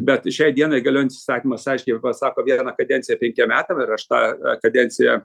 bet šiai dienai galiojantis įstatymas aiškiai pasako vieną kadenciją penkiem metam ir aš tą a kadenciją